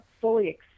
fully